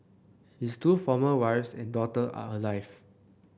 his two former wives and daughter are alive